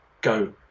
go